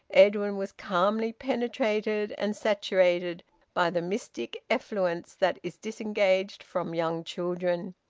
edwin was calmly penetrated and saturated by the mystic effluence that is disengaged from young children.